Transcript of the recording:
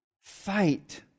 fight